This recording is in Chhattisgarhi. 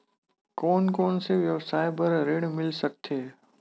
कोन कोन से व्यवसाय बर ऋण मिल सकथे?